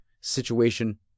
situation